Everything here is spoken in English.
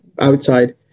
outside